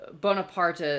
...Bonaparte